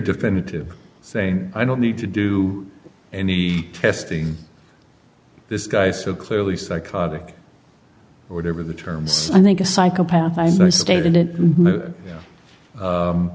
definitive saying i don't need to do any testing this guy so clearly psychotic or whatever the terms i think a psychopath